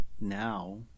now